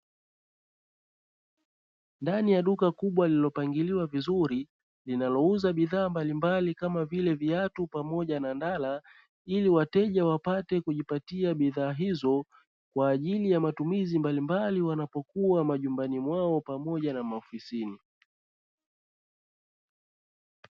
Ndani ya duka kubwa lililopangiliwa vizuri linalouza bidhaa mbalimbali kama vile viatu pamoja na ndala ili wateja wapate kujipatia bidhaa hizo kwaajili ya matumizi mbalimbali wanapokuwa majumbani mwao pamoja na maofisini.